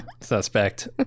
Suspect